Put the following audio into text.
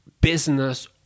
business